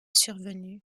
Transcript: survenue